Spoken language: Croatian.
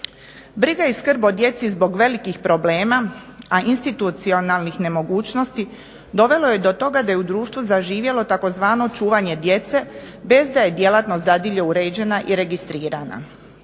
Briga i skrb o djeci zbog velikih problema, a institucionalnih nemogućnosti dovelo je do toga da je u društvu zaživjelo tzv. čuvanje djece bez da je djelatnost dadilje uređena i registrirana,